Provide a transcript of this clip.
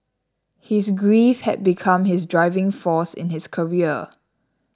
his grief had become his driving force in his career